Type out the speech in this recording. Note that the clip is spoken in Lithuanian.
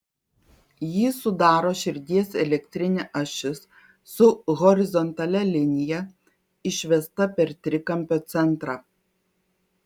jį sudaro širdies elektrinė ašis su horizontalia linija išvesta per trikampio centrą